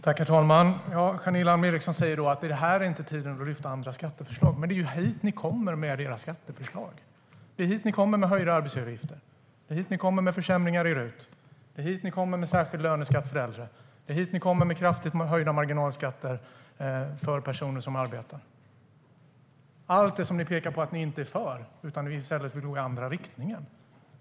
Herr talman! Janine Alm Ericson säger att det här inte är tiden eller platsen att lyfta fram andra skatteförslag. Men det är ju hit ni kommer med era skatteförslag. Det är hit ni kommer med höjda arbetsgivaravgifter. Det är hit ni kommer med försämringar i RUT. Det är hit ni kommer med särskild löneskatt för äldre. Det är hit ni kommer med kraftigt höjda marginalskatter för personer som arbetar. Allt det är sådant som ni pekar på och menar att ni inte är för utan i stället vill gå i andra riktningen.